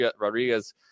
Rodriguez